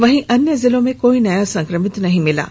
वहीं अन्य जिलों में कोई नया संक्रमित नहीं मिला है